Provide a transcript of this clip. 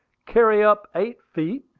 carry up eight feet!